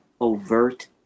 overt